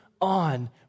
on